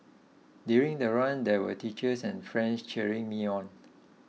during the run there were teachers and friends cheering me on